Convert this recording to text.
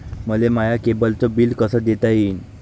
मले माया केबलचं बिल कस देता येईन?